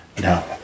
No